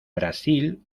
brasil